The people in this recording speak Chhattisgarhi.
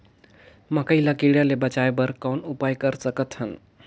मकई ल कीड़ा ले बचाय बर कौन उपाय कर सकत हन?